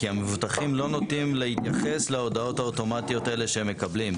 כי המבוטחים לא נוטים להתייחס להודעות האוטומטיות האלה שהם מקבלים,